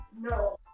no